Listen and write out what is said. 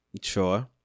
Sure